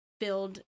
filled